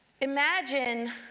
imagine